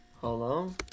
Hello